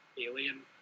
Alien